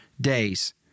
days